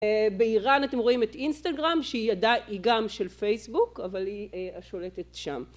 באיראן אתם רואים את אינסטגרם שהיא עדיי... היא גם של פייסבוק, אבל היא אה... השולטת שם.